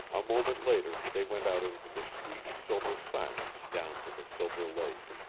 a moment later they went out into the sweet, silver silence down to the silver lake.